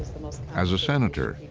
as a senator,